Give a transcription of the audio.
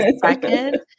second